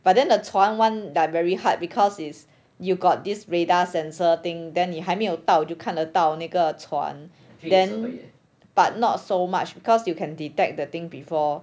but then the 船 [one] like very hard because it's you got this radar sensor thing then 你还没有到就看得到那个船 then but not so much because you can detect the thing before